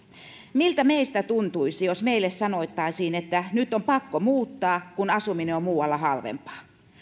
miltä meistä tuntuisi jos meille sanottaisiin että nyt on pakko muuttaa kun asuminen on muualla halvempaa